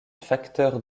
facteur